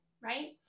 right